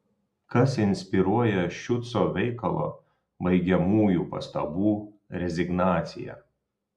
kas inspiruoja šiuco veikalo baigiamųjų pastabų rezignaciją